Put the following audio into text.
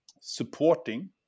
supporting